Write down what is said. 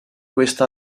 questa